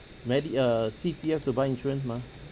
medi~ err C_P_F to buy insurance mah